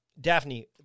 Daphne